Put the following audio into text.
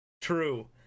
true